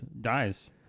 dies